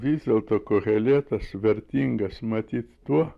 vis dėlto koheletas vertingas matyt tuo